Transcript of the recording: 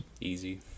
easy